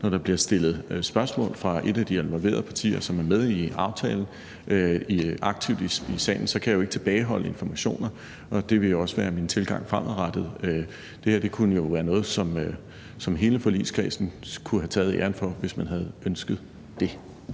aktivt bliver stillet spørgsmål af et af de involverede partier, som er med i aftalen, i sagen, så kan jeg jo ikke tilbageholde informationer, og det vil også være min tilgang fremadrettet. Det her kunne være noget, som hele forligskredsen kunne have taget æren for, hvis man havde ønsket det.